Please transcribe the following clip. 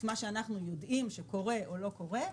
את מה שאנחנו יודעים שקורה או לא קורה,